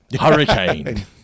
Hurricane